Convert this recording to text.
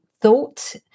thought